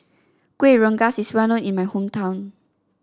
Kuih Rengas is well known in my hometown